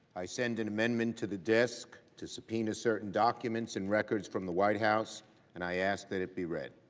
i sent an amendment to the desk to subpoena certain documents and records from the white house and i ask that it be read.